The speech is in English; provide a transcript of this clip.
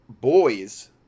boys